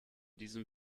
diesem